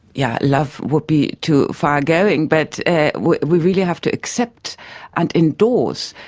yeah love' would be too far-going but we really have to accept and endorse,